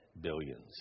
billions